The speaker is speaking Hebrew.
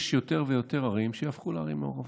יש יותר ויותר ערים שיהפכו לערים מעורבות,